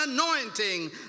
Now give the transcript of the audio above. anointing